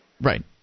Right